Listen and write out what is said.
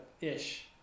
ish